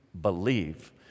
believe